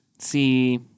See